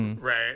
Right